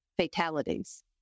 fatalities